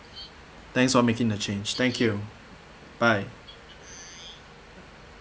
thanks for making the change thank you bye